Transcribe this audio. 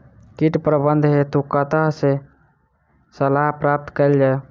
कीट प्रबंधन हेतु कतह सऽ सलाह प्राप्त कैल जाय?